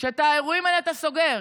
שאת האירועים האלה אתה סוגר,